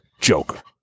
Joker